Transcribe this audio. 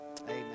Amen